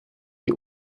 die